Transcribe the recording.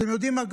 אתם יודעים מה?